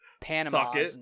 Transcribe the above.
Panama